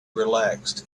relaxed